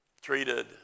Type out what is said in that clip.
treated